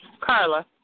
Carla